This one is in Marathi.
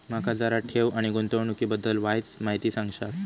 माका जरा ठेव आणि गुंतवणूकी बद्दल वायचं माहिती सांगशात?